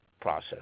process